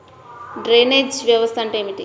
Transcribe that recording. Drainage వ్యవస్థ అంటే ఏమిటి?